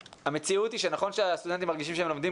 המציאות היא שנכון שהסטודנטים מרגישים שהם לומדים